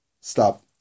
stop